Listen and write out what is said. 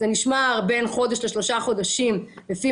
זה נשמר בין חודש לשלושה חודשים לפי